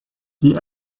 die